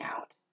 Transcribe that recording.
out